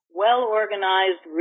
well-organized